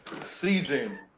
season